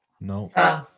No